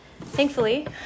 Thankfully